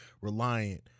reliant